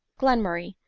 glenmurray,